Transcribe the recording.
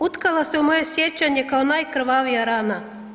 Utkala se u moje sjećanje kao najkrvavija rana.